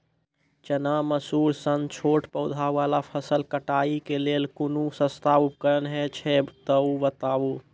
चना, मसूर सन छोट पौधा वाला फसल कटाई के लेल कूनू सस्ता उपकरण हे छै तऽ बताऊ?